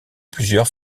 plusieurs